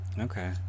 Okay